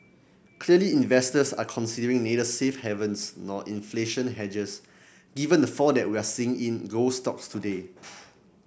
clearly investors are considering neither safe havens nor inflation hedges given the fall that we're seeing in gold stocks today